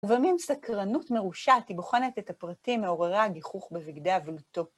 דברים סקרנות מרושעת היא בוחנת את הפרטים מעוררה הגיחוך בבגדי עבודתו.